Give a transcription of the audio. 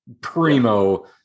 primo